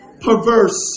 Perverse